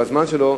בזמן שלו,